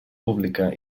pública